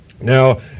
Now